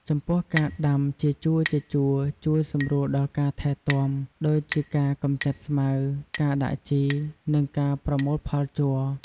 ចំពោះការដាំជាជួរៗជួយសម្រួលដល់ការថែទាំ ដូចជាការកម្ចាត់ស្មៅ ការដាក់ជី និងការប្រមូលផលជ័រ។